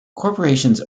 corporations